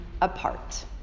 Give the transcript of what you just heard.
apart